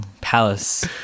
palace